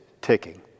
ticking